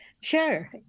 Sure